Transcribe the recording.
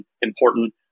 important